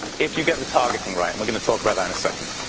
if you get the targeting right and we're going to talk about that in a second.